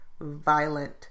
violent